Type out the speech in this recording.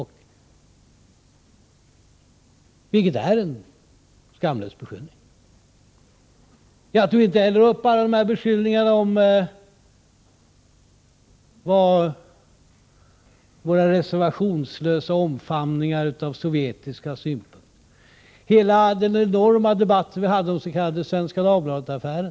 Detta är en skamlös beskyllning. Jag tog inte heller upp alla beskyllningar om våra reservationslösa omfamningar av Sovjets synpunkter, eller hela den enorma debatt vi hade om den s.k. Svenska Dagbladet-affären.